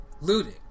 Looting